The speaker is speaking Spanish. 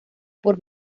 por